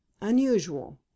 Unusual